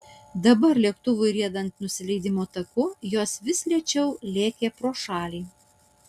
dabar lėktuvui riedant nusileidimo taku jos vis lėčiau lėkė pro šalį